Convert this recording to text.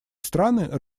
страны